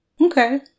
Okay